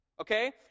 okay